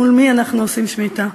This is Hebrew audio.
מול מי אנחנו עושים שמיטה.